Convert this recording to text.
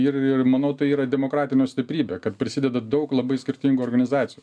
ir ir manau tai yra demokratinio stiprybė kad prisideda daug labai skirtingų organizacijų